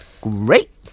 Great